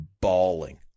bawling